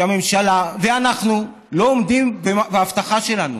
וברור לי שהממשלה ואנחנו לא עומדים בהבטחה שלנו,